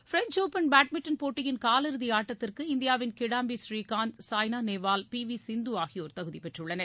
French Open badminton போட்டியின் காலிறுதி ஆட்டத்திற்கு இந்தியாவின் கிடாம்பி புரீகாந்த் சாய்னா நேவால் பி வி சிந்து ஆகியோர் தகுதி பெற்றுள்ளனர்